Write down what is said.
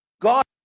God